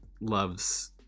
loves